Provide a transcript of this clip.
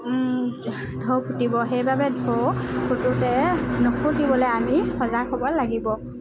ঢৌ ফুটিব সেইবাবে ঢৌ ফুটোতে নুফুটিবলৈ আমি সজাগ হ'ব লাগিব